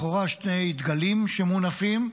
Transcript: לכאורה שני דגלים שמונפים: